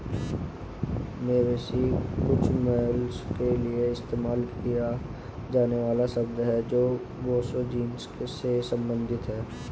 मवेशी कुछ मैमल्स के लिए इस्तेमाल किया जाने वाला शब्द है जो बोसो जीनस से संबंधित हैं